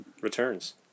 returns